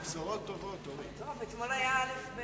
אדוני היושב-ראש,